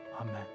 Amen